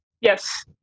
Yes